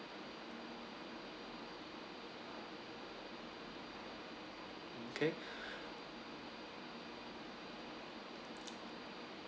okay